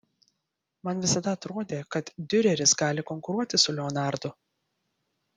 man visada atrodė kad diureris gali konkuruoti su leonardu